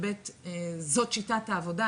וב' זו שיטת העבודה,